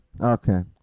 Okay